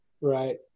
right